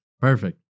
Perfect